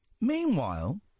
Meanwhile